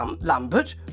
Lambert